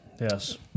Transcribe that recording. Yes